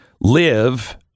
live